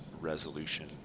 resolution